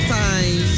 time